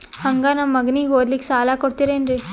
ಹಂಗ ನಮ್ಮ ಮಗನಿಗೆ ಓದಲಿಕ್ಕೆ ಸಾಲ ಕೊಡ್ತಿರೇನ್ರಿ?